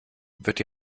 wird